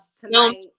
tonight